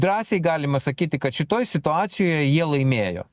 drąsiai galima sakyti kad šitoj situacijoje jie laimėjo